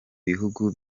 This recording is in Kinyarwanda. bihugu